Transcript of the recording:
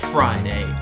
Friday